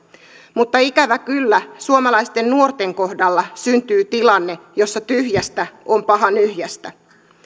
mutta ikävä kyllä suomalaisten nuorten kohdalla syntyy tilanne jossa tyhjästä on paha nyhjästä